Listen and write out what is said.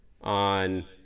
on –